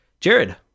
Jared